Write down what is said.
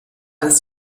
dass